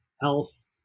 health